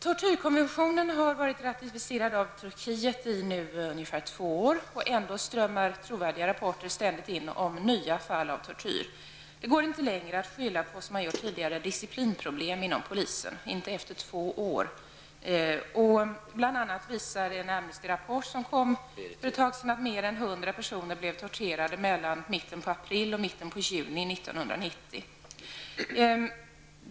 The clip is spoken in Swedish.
Tortyrkommissionen har nu varit ratificerad av Turkiet i ungefär två år, och ändå strömmar trovärdiga rapporter ständigt in om nya fall av tortyr. Det går inte längre att, som man har gjort tidigare, skylla på disciplinsvårigheter inom polisen -- inte efter två år. Bl.a. visar en Amnestyrapport, som kom för ett tag sedan, att mer än 100 personer blev torterade mellan mitten av april och mitten av juni 1990.